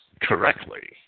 correctly